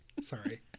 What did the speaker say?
Sorry